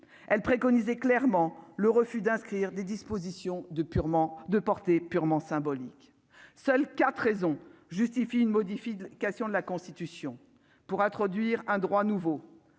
elle préconise clairement le refus d'inscrire des dispositions de purement de portée purement symbolique : seuls 4 raisons justifient une modification de la Constitution pour introduire un droit nouveau